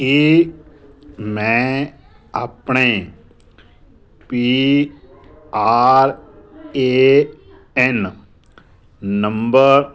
ਕੀ ਮੈਂ ਆਪਣੇ P R A N number